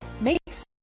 Makes